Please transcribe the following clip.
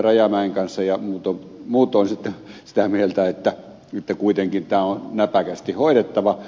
rajamäen kanssa ja muutoin sitten sitä mieltä että kuitenkin tämä on näpäkästi hoidettava